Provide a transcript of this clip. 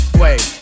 wait